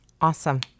Awesome